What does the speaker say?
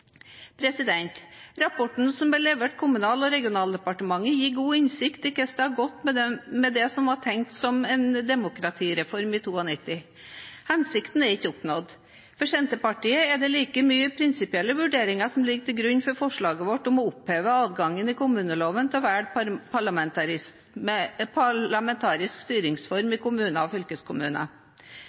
Rapporten, som er levert Kommunal- og regionaldepartementet, gir god innsikt i hvordan det har gått med det som var tenkt som en demokratireform i 1992. Hensikten er ikke oppnådd. For Senterpartiet er det like mye prinsipielle vurderinger som ligger til grunn for forslaget vårt om å oppheve adgangen i kommuneloven til å velge parlamentarisk styringsform i kommuner og fylkeskommuner.